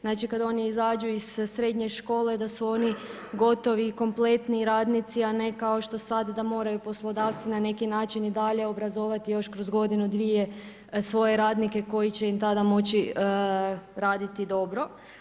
Znači kada oni izađu iz srednje škole da su oni gotovi i kompletni radnici a ne kao sad da moraju poslodavci na neki način i dalje obrazovati još kroz godine, dvije svoje radnike koji će im tada moći raditi dobro.